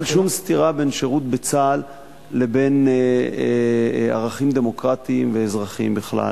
אין שום סתירה בין שירות בצה"ל לבין ערכים דמוקרטיים ואזרחיים בכלל.